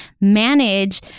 manage